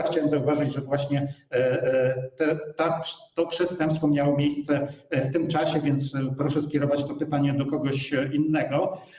Chciałem zauważyć, że to przestępstwo miało miejsce w tym czasie, więc proszę skierować to pytanie do kogoś innego.